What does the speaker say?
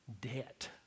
debt